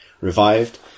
revived